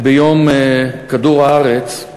ביום כדור-הארץ,